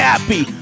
Happy